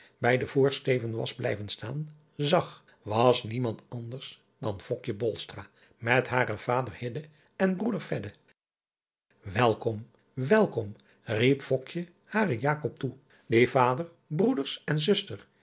bij den voorsteven was blijven staan zag was niemand anders dan met haren vader en broeder elkom welkom riep haren toe die vader broeders en zuster